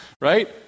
Right